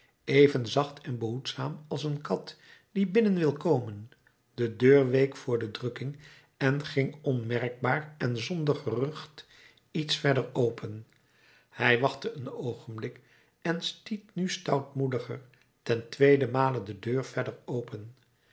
even zacht en behoedzaam als een kat die binnen wil komen de deur week voor de drukking en ging onmerkbaar en zonder gerucht iets verder open hij wachtte een oogenblik en stiet nu stoutmoediger ten tweedenmale de deur verder open